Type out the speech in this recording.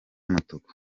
mutuku